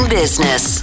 business